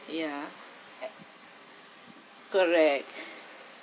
ya correct